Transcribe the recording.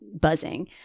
buzzing